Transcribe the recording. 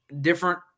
different